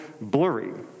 blurry